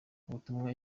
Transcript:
ubutumwa